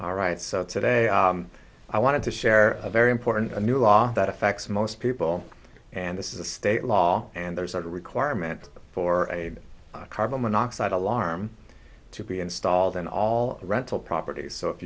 all right so today i wanted to share a very important new law that affects most people and this is a state law and there's a requirement for a carbon monoxide alarm to be installed in all rental properties so if